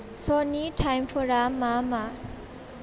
श'नि टाइमफोरा मा मा